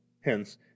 hence